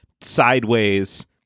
sideways